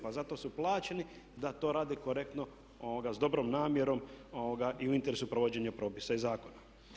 Pa zato su plaćeni da to rade korektno s dobrom namjerom i u interesu provođenja propisa i zakona.